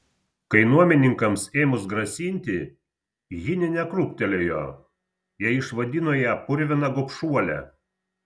kai nuomininkams ėmus grasinti ji nė nekrūptelėjo jie išvadino ją purvina gobšuole